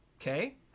Okay